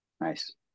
nice